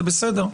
זה בסדר.